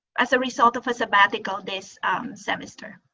as a result of a sabbatical this semester.